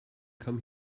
come